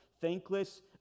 thankless